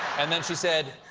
and then she said,